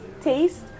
taste